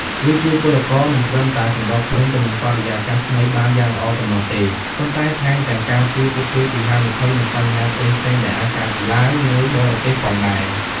វាជួយពលករមិនត្រឹមតែសម្របខ្លួនទៅនឹងបរិយាកាសថ្មីបានយ៉ាងល្អប៉ុណ្ណោះទេ ប៉ុន្តែថែមទាំងការពារពួកគេពីហានិភ័យ និងបញ្ហាផ្សេងៗដែលអាចកើតឡើងនៅបរទេសផងដែរ។